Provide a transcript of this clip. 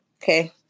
Okay